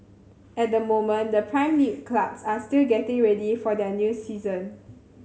at the moment the Prime League clubs are still getting ready for their new season